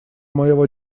моего